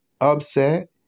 upset